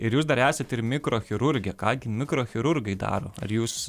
ir jūs dar esat ir mikrochirurgė ką gi mikrochirurgai daro ar jūs